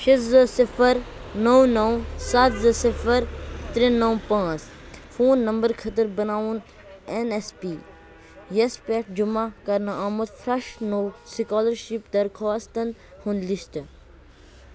شےٚ زٕ صِفر نَو نَو سَتھ زٕ صِفر ترٛےٚ نَو پانٛژھ فون نمبر خٲطرٕ بناوُن این ایس پی یَس پٮ۪ٹھ جُمعہ کرنہٕ آمُت فرٛٮ۪ش نوٚو سُکالرشِپ درخواستن ہُنٛد لِسٹہٕ